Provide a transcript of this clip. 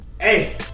Hey